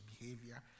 behavior